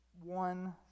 one